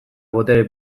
botere